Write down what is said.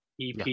EP